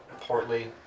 portly